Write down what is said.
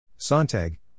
Sontag